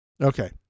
Okay